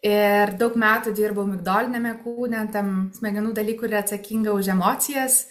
ir daug metų dirbau migdoliniame kūne tam smegenų daly kuri atsakinga už emocijas